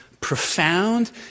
profound